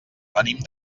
venim